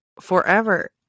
forever